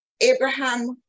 Abraham